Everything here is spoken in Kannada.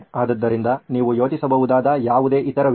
ಆದ್ದರಿಂದ ನೀವು ಯೋಚಿಸಬಹುದಾದ ಯಾವುದೇ ಇತರ ವಿಚಾರಗಳು